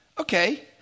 Okay